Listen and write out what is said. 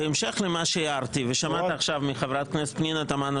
בהמשך למה שהערתי ושמעתי עכשיו מחברת הכנסת פנינה תמנו